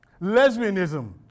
lesbianism